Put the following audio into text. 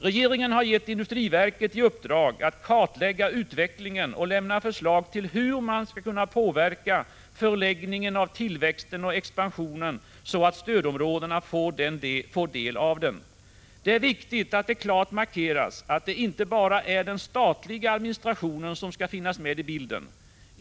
Regeringen har gett industriverket i uppdrag att kartlägga utvecklingen och lämna förslag till hur man skall kunna påverka förläggningen av tillväxten, så att stödområdena får del av expansionen. Det är viktigt att det klart markeras att det inte bara är den statliga administrationen som skall finnas med i bilden.